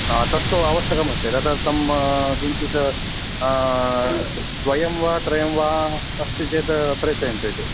हा तत्तु अवश्यकमस्ति तदर्थम् किञ्चित् द्वयं वा त्रयं वा अस्ति चेत् प्रेषयन्तु इति